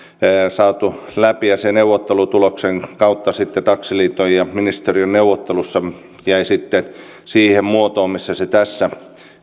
saatu läpi ja se neuvottelutuloksen kautta taksiliiton ja ministeriön neuvottelussa jäi siihen muotoon missä se tässä